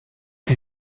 sie